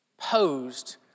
posed